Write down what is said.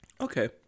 Okay